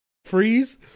freeze